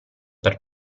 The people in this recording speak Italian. per